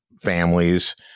families